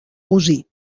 cosí